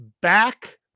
back